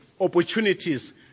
opportunities